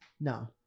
No